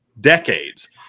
decades